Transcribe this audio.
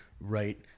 right